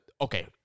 okay